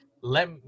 let